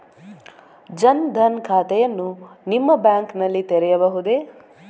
ಜನ ದನ್ ಖಾತೆಯನ್ನು ನಿಮ್ಮ ಬ್ಯಾಂಕ್ ನಲ್ಲಿ ತೆರೆಯಬಹುದೇ?